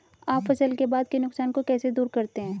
आप फसल के बाद के नुकसान को कैसे दूर करते हैं?